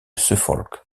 suffolk